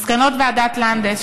מסקנות ועדת לנדס,